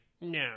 No